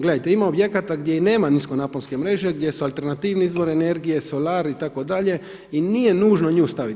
Gledajte, ima objekata gdje i nema nisko naponske mreže, gdje su alternativni izvori energije, solarij itd. i nije nužno nju staviti.